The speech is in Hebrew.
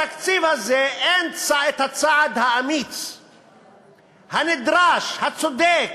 בתקציב הזה אין את הצעד האמיץ הנדרש, הצודק,